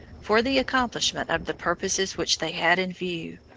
for the accomplishment of the purposes which they had in view.